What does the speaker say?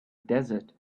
desert